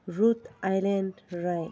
root island right